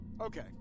Okay